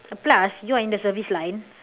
uh plus you are in the service line